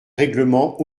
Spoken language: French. règlement